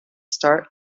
start